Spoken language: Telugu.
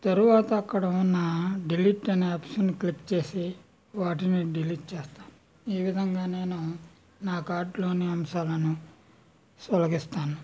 తరువాత అక్కడ ఉన్న డిలీట్ అనే ఆప్షన్ను క్లిక్ చేసి వాటిని డిలీట్ చేస్తాను ఈ విధంగా నేను నా కార్టులోని అంశాలను తొలగిస్తాను